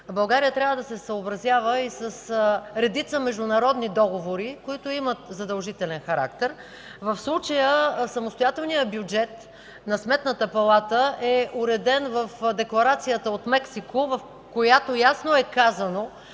България трябва да се съобразява и с редица международни договори, които имат задължителен характер. В случая самостоятелният бюджет на Сметната палата е уреден в Декларацията от Мексико, в която ясно е казано,